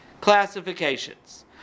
classifications